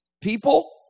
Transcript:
People